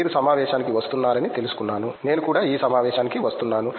మీరు సమావేశానికి వస్తున్నారని తెలుసుకున్నాను నేను కూడా ఈ సమావేశానికి వస్తున్నాను